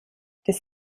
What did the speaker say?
des